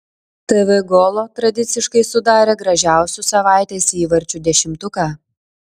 tv golo tradiciškai sudarė gražiausių savaitės įvarčių dešimtuką